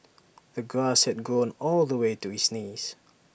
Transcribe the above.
the grass had grown all the way to his knees